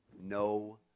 No